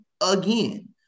again